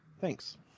thanks